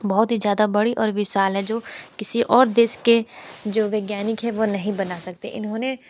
बहुत ही ज़्यादा बड़ी और विशाल है जो किसी और देश के जो वैज्ञानिक है वह नहीं बना सकते इन्होंने